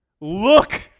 Look